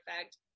Effect